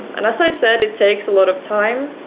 and as i said, it takes a lot of time,